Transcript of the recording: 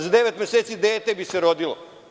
Za devet meseci dete bi se rodilo.